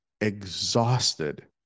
exhausted